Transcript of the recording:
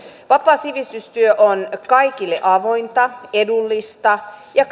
vapaa sivistystyö on kaikille avointa edullista ja